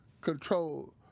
control